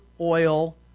oil